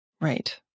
Right